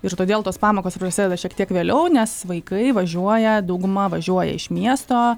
ir todėl tos pamokos prasideda šiek tiek vėliau nes vaikai važiuoja dauguma važiuoja iš miesto